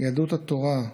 יהדות התורה,